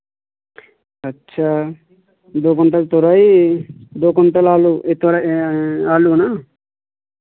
अच्छा दो क्विंटल तोरई दो क्विंटल आलू एक तोरई आलू ना